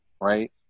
right